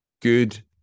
good